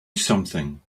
something